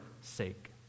sake